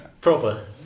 proper